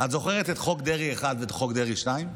את זוכרת את חוק דרעי 1 ואת חוק דרעי 2?